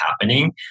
happening